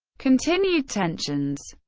continued tensions